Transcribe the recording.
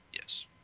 yes